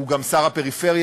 הוא גם שר הפריפריה,